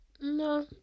No